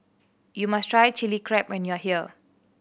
you must try Chili Crab when you are here